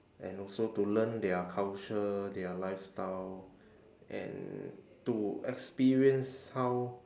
and also to learn their culture their lifestyle and to experience how